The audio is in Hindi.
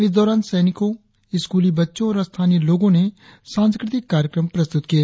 इस दौरान सैनिकों स्कूली बच्चों और स्थानीय लोगों ने सांस्कृतिक कार्यक्रम प्रस्तुत किए